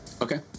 Okay